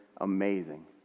amazing